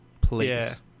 please